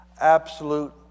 Absolute